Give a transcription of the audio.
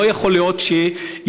לא יכול להיות שיבוצע.